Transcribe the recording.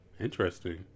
Interesting